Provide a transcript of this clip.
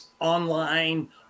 online